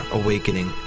awakening